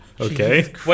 Okay